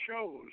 shows